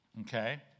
Okay